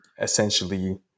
essentially